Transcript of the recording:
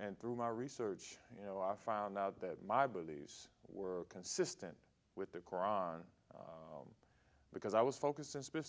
and through my research you know i found out that my beliefs were consistent with the koran because i was focusing